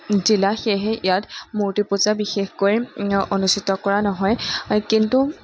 জিলা সেয়েহে ইয়াত মূৰ্তি পূজা বিশেষকৈ অনুষ্ঠিত কৰা নহয় কিন্তু